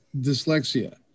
dyslexia